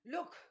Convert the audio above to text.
Look